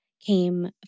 came